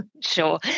Sure